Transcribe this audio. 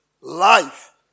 life